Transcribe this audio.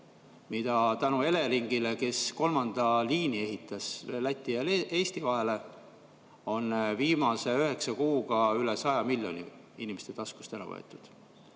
mida tänu Eleringile, kes kolmanda liini ehitas Läti ja Eesti vahele, on viimase üheksa kuuga üle 100 miljoni inimeste taskust ära võetud.